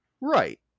Right